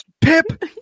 Pip